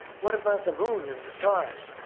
what about the moon and the stars?